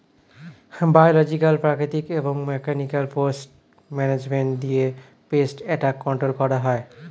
biological, প্রাকৃতিক এবং mechanical pest management দিয়ে পেস্ট অ্যাটাক কন্ট্রোল করা হয়